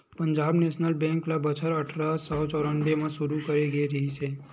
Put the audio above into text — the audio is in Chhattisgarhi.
पंजाब नेसनल बेंक ल बछर अठरा सौ चौरनबे म सुरू करे गे रिहिस हे